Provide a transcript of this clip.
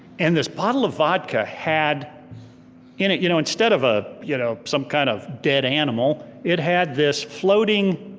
and this bottle of vodka had in it, you know instead of ah you know some kind of dead animal, it had this floating